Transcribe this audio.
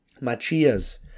machias